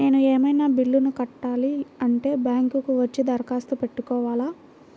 నేను ఏమన్నా బిల్లును కట్టాలి అంటే బ్యాంకు కు వచ్చి దరఖాస్తు పెట్టుకోవాలా?